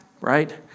right